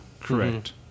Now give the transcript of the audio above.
Correct